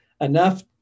Enough